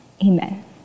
Amen